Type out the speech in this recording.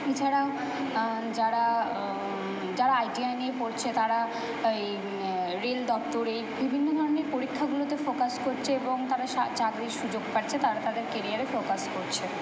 এছাড়াও যারা যারা আইটিআই নিয়ে পড়ছে তারা এই রেল দপ্তরে বিভিন্ন ধরনের পরীক্ষাগুলোতে ফোকাস করছে এবং তারা চাকরির সুযোগ পাচ্ছে তারা তাদের কেরিয়ারে ফোকাস করছে